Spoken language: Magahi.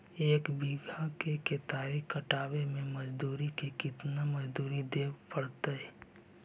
एक बिघा केतारी कटबाबे में मजुर के केतना मजुरि देबे पड़तै?